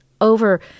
over –